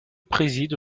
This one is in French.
préside